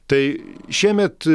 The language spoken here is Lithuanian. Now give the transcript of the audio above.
tai šiemet